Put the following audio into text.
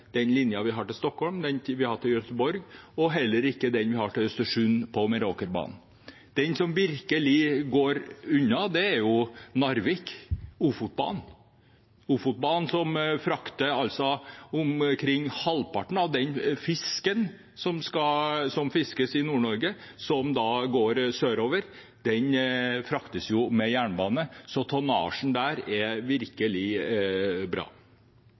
den linjen vi har til Stockholm, den vi har til Göteborg, og heller ikke den vi har til Östersund, på Meråkerbanen, brukes veldig mye. Den som virkelig går unna, er den fra Narvik, Ofotbanen. Omkring halvparten av den fisken som fiskes i Nord-Norge, og som går sørover, fraktes med jernbane, med Ofotbanen, så tonnasjen der er virkelig bra.